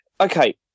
okay